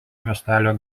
miestelio